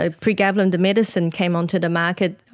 ah pregabalin the medicine came onto the market,